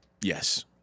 Yes